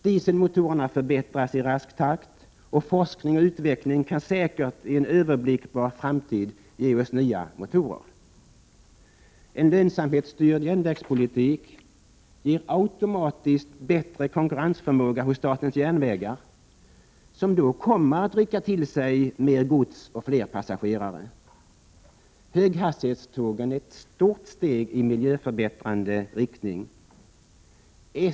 Dieselmotorerna förbättras i rask takt, och forskning och utveckling kan säkert i en överblickbar framtid ge oss nya motorer. En lönsamhetsstyrd järnvägspolitik ger automatiskt bättre konkurrensförmåga hos statens järnvägar, som då kommer att dra till sig mer gods och fler passagerare. Höghastighetstågen är ett stort steg i miljöförbättrande riktning.